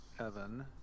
Evan